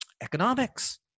Economics